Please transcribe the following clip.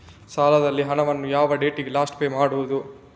ಸಾಲದ ಹಣವನ್ನು ಯಾವ ಡೇಟಿಗೆ ಲಾಸ್ಟ್ ಪೇ ಮಾಡುವುದು?